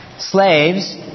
Slaves